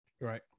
Right